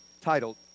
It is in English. titled